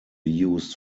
used